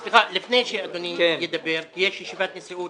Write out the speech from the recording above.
סליחה, לפני שאדוני ידבר, כי יש ישיבת נשיאות